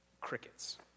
Crickets